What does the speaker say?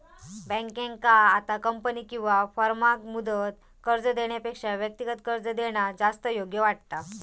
बँकेंका आता कंपनी किंवा फर्माक मुदत कर्ज देण्यापेक्षा व्यक्तिगत कर्ज देणा जास्त योग्य वाटता